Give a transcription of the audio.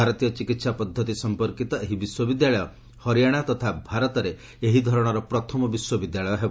ଭାରତୀୟ ଚିକିତ୍ସା ପଦ୍ଧତି ସମ୍ପର୍କିତ ଏହି ବିଶ୍ୱବିଦ୍ୟାଳୟ ହରିୟାଣା ତଥା ଭାରତରେ ଏହି ଧରଣର ପ୍ରଥମ ବିଶ୍ୱବିଦ୍ୟାଳୟ ହେବ